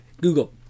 Google